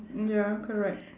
ya correct